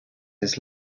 his